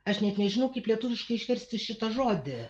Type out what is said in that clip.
aš net nežinau kaip lietuviškai išversti šitą žodį